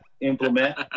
implement